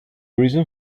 reason